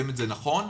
נכון,